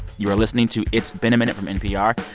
you are listening to it's been a minute from npr.